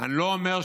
אני לא אומר,